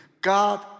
God